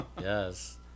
yes